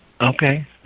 Okay